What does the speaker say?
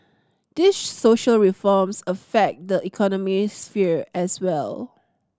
these social reforms affect the economy sphere as well